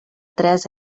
tres